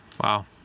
Wow